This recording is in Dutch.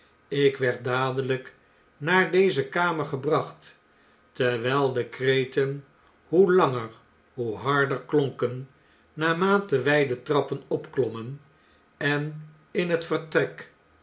ik werd dadelijk naar deze kamer gebracht terwjjl de kreten hoe langer hoe harder klonken naarmate wjj de trappen opklommen en in het vertrek